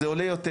זה עולה יותר